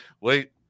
wait